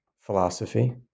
philosophy